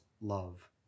love